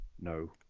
No